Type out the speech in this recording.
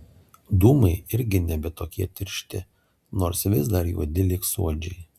dūmai irgi nebe tokie tiršti nors vis dar juodi lyg suodžiai